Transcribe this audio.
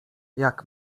jak